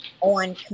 on